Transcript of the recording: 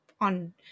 on